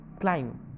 climb